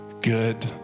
good